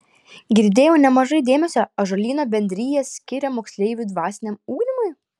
girdėjau nemažai dėmesio ąžuolyno bendrija skiria moksleivių dvasiniam ugdymui